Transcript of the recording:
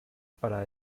para